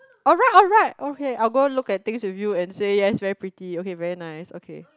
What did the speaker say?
alright alright okay I will go look at things with you and said yes very pretty okay very nice okay